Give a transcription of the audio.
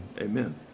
amen